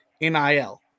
NIL